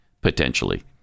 potentially